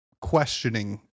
questioning